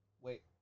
wait